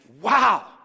Wow